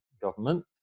government